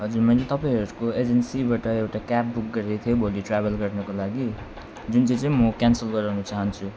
हजुर मैले तपाईँहरूको एजेन्सीबाट एउटा क्याब बुक गरेको थिएँ भोलि ट्राभल गर्नुको लागि जुन चाहिँ चाहिँ मो क्यान्सल गराउन चाहन्छु